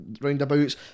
roundabouts